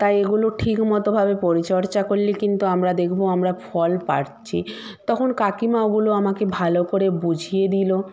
তাই এগুলো ঠিকমতো ভাবে পরিচর্যা করলে কিন্তু আমরা দেখব আমরা ফল পাচ্ছি তখন কাকিমা ওগুলো আমাকে ভালো করে বুঝিয়ে দিল